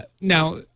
Now